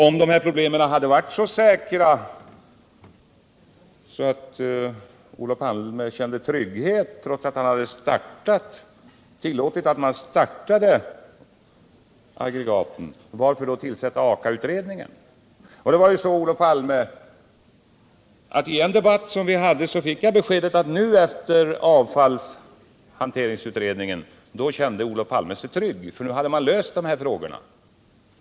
Och om problemen var lösta, om Olof Palme kände full säkerhet trots att han hade tillåtit att man startade aggregaten, varför tillsattes då Akautredningen? Det var ju så, Olof Palme, att jag i en debatt som vi förde fick beskedet att nu, efter Aka-utredningen, kände sig Olof Palme trygg. Nu hade man löst avfallsfrågorna.